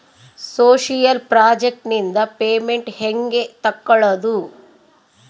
Social project ನಿಂದ payment ಹೆಂಗೆ ತಕ್ಕೊಳ್ಳದು?